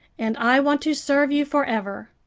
and i want to serve you for ever.